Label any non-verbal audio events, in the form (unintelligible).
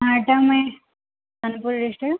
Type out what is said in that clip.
ହଁ ଏଇଟା ମୁଇଁ (unintelligible)